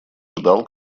ждал